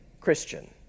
Christian